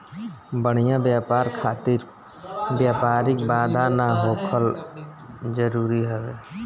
बढ़िया व्यापार खातिर व्यापारिक बाधा ना होखल जरुरी हवे